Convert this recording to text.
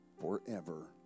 forever